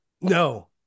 no